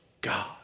God